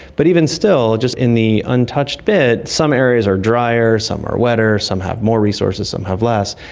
but even still, just in the untouched bits, some areas are drier, some are wetter, some have more resources, some have less.